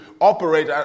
operate